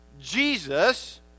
Jesus